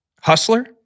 Hustler